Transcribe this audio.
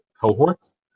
cohorts